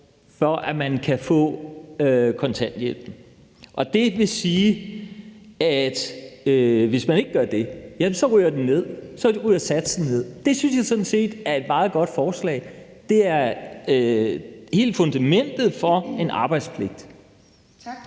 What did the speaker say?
for at man kan få kontanthjælp. Det vil sige, at hvis man ikke gør det, ryger satsen ned. Det synes jeg sådan set er et meget godt forslag. Det er hele fundamentet for en arbejdspligt. Kl.